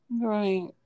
Right